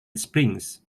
springs